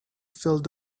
filled